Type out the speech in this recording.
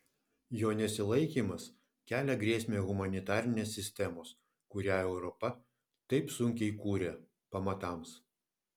jo nesilaikymas kelia grėsmę humanitarinės sistemos kurią europa taip sunkiai kūrė pamatams